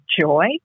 joy